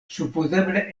supozeble